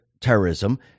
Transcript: terrorism